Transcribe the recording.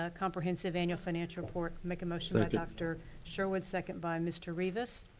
ah comprehensive annual financial report, make a motion by dr. sherwood, second by mr. rivas.